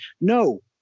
No